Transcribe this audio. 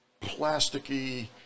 plasticky